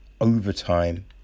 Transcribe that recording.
overtime